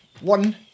One